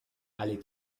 ali